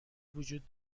وجود